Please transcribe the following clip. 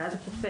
ואז זה קופץ.